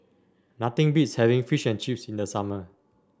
nothing beats having Fish and Chips in the summer